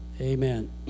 Amen